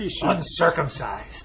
Uncircumcised